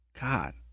God